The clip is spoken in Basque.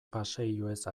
paseilloez